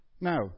Now